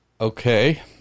Okay